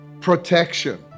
protection